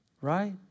right